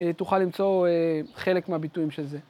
תוכל למצוא חלק מהביטויים של זה.